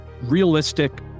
realistic